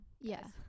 Yes